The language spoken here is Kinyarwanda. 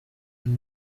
iyi